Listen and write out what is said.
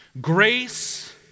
Grace